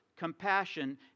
compassion